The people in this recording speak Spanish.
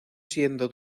siendo